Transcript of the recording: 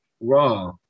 raw